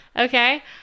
Okay